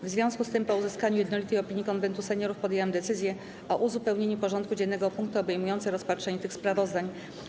W związku z tym, po uzyskaniu jednolitej opinii Konwentu Seniorów, podjęłam decyzję o uzupełnieniu porządku dziennego o punkty obejmujące rozpatrzenie tych sprawozdań.